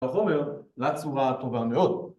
בחומר לצורה הטובה מאוד